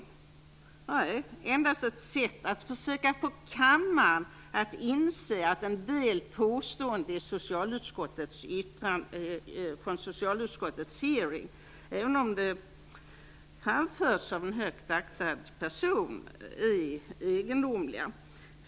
Nej, det är endast ett sätta att försöka få kammaren att inse att en del påståenden från socialutskottets hearing, även om de framförts av en högt aktad person, är egendomliga.